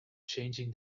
changing